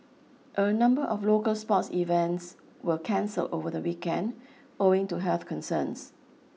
a number of local sports events were cancelled over the weekend owing to health concerns